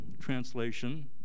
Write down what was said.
translation